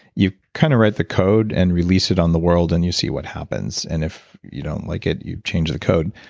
you kind of read the code and release it on the world and you see what happens and if you don't like it you change the code.